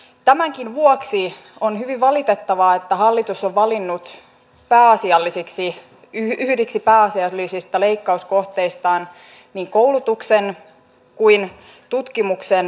tämänkin vuoksi on hyvin valitettavaa että hallitus on valinnut eräiksi pääasiallisiksi leikkauskohteikseen niin koulutuksen kuin tutkimuksen tuotekehityksen